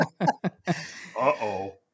Uh-oh